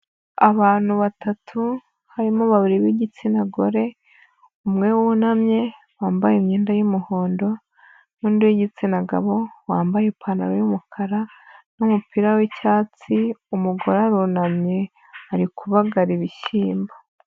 Abantu batatu, harimo babiri b'igitsina gore, umwe wunamye wambaye imyenda y'umuhondo, n'undi w'igitsina gabo, wambaye ipantaro y'umukara, n'umupira w'icyatsi, umugore arunamye ari kubagara ibishyimbo.